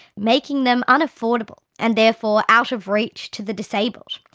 making them unaffordable and therefore out of reach to the disabled.